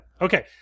Okay